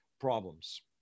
problems